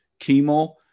chemo